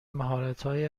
مهارتهایی